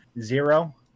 zero